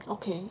okay